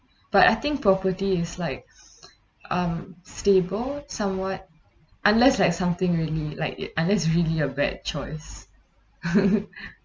but I think property is like um stable somewhat unless like something really like it unless it's really a bad choice